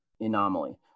anomaly